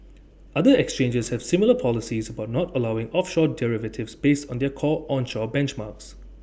other exchanges have similar policies about not allowing offshore derivatives based on their core onshore benchmarks